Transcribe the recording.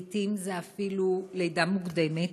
לעתים זה אפילו לידה מוקדמת,